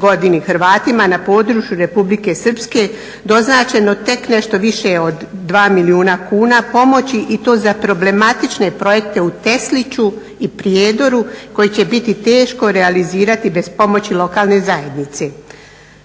godini Hrvatima na području Republike Srpske doznačeno tek nešto više od 2 milijuna kuna pomoći i to za problematične projekte u Tesliću i Prijedoru koje će biti teško realizirati bez pomoći lokalne zajednice.